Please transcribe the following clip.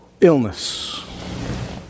illness